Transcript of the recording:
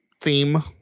theme